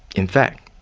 in fact,